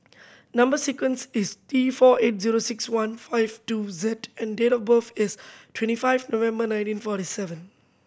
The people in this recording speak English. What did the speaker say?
number sequence is T four eight zero six one five two Z and date of birth is twenty five November nineteen forty seven